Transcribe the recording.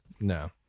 No